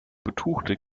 betuchte